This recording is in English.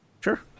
Sure